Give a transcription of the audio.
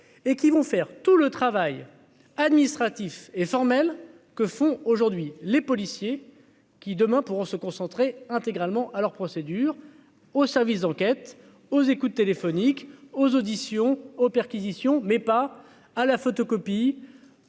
et qui vont faire tout le travail administratif est formelle que font aujourd'hui les policiers qui demain pourront se concentrer intégralement à leur procédure au service d'enquête aux écoutes téléphoniques aux auditions aux perquisitions mais pas à la photocopie